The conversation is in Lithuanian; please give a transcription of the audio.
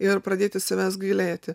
ir pradėti savęs gailėti